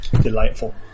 delightful